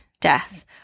death